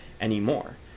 anymore